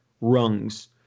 rungs